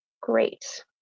great